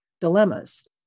dilemmas